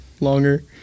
longer